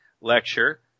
lecture